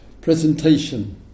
presentation